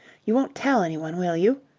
you won't tell anyone, will you?